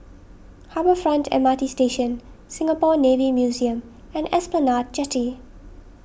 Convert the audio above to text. Harbour Front M R T Station Singapore Navy Museum and Esplanade Jetty